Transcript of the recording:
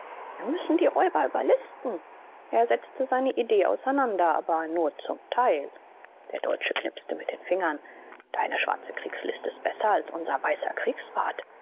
wir müssen die räuber überlisten er setzte seine idee auseinander aber nur zum teil der deutsche knipste mit den fingern deine schwarze kriegslist ist besser als unser weißer kriegsrat